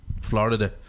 Florida